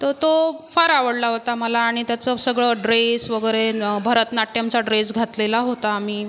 तर तो फार आवडला होता मला आणि त्याचं सगळं ड्रेस वगैरे भरतनाट्यमचा ड्रेस घातलेला होता आम्ही